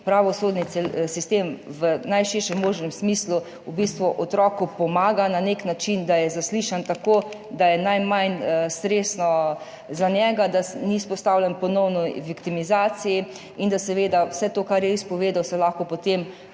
pravosodni sistem v najširšem možnem smislu v bistvu otroku na nek način pomaga, da je zaslišan tako, da je najmanj stresno za njega, da ni izpostavljen ponovni viktimizaciji in da se seveda vse to, kar je izpovedal, lahko potem